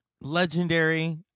Legendary